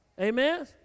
Amen